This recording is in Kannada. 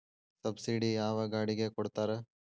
ಸಬ್ಸಿಡಿ ಯಾವ ಗಾಡಿಗೆ ಕೊಡ್ತಾರ?